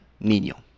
niño